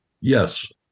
Yes